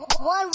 One